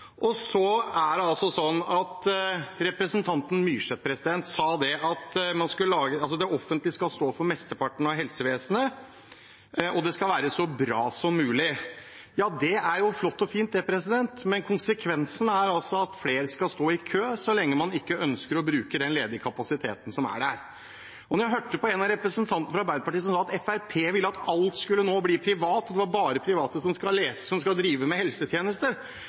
Representanten Myrseth sa at det offentlige skal stå for mesteparten av helsevesenet, og at det skal være så bra som mulig. Ja, det er jo flott og fint, men konsekvensen er at flere skal stå i kø, så lenge man ikke ønsker å bruke den ledige kapasiteten som er der. Da jeg hørte en av representantene fra Arbeiderpartiet si at Fremskrittspartiet vil at alt nå skal bli privat, og at det bare er private som skal drive med helsetjenester, tror jeg kanskje man må lese forslaget en gang til. Der står det ganske klart og tydelig: «ta i bruk den ledig privat kapasitet som